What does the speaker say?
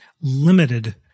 limited